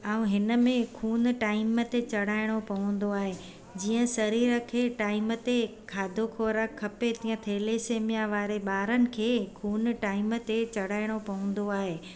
ऐं हिन में खून टाइम ते चड़ाइणो पवंदो आहे जीअं सरीर खे टाइम ते खाधो खुराक खपे तीअं थेलेसेमिया वारे ॿारनि खे खून टाइम ते चड़ाइणो पवंदो आहे